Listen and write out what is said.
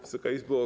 Wysoka Izbo!